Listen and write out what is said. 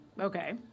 Okay